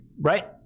right